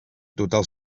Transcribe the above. total